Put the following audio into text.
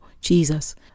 Jesus